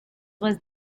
was